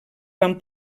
van